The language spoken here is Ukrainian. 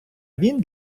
він